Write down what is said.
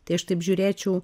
tai aš taip žiūrėčiau